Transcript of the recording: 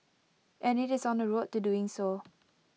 and IT is on the road to doing so